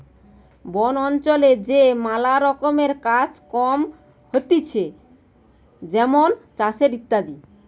বন অঞ্চলে যে ম্যালা রকমের কাজ কম হতিছে যেমন চাষের ইত্যাদি